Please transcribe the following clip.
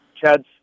Chad's